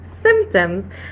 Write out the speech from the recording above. symptoms